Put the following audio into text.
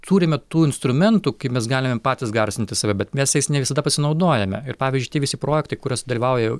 turime tų instrumentų kai mes galime patys garsinti save bet mes jais ne visada pasinaudojame ir pavyzdžiui tie visi projektai kuriuos dalyvauja